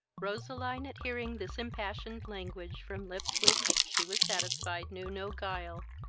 roseline, at hearing this impassioned language from lips which, she was satisfied, knew no guile,